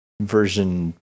version